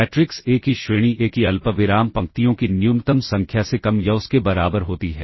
matrix A की श्रेणी A की अल्पविराम पंक्तियों की न्यूनतम संख्या से कम या उसके बराबर होती है